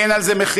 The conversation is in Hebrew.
אין על זה מחילה,